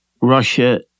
Russia